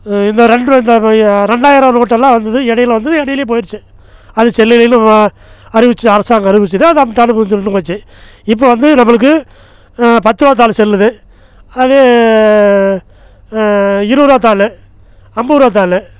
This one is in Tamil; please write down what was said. இந்த ரெண்டு ரூபா இந்த ரெண்டாயர ரூபா நோட்டெல்லாம் வந்தது இடையில வந்துது இடையிலயே போயிடுச்சு அது செல்லலேன்னு அறிவித்து அரசாங்கம் அறிவித்தது அது டப்புன்னு நின்று போச்சு இப்போ வந்து நம்மளுக்கு பத்து ரூபா தாள் செல்லுது அதே இருபது ரூபா தாள் ஐம்பது ரூபா தாள்